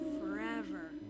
forever